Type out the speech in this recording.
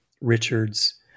Richard's